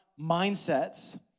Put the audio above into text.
mindsets